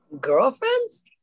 Girlfriends